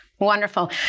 Wonderful